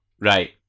Right